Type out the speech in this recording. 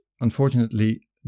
unfortunately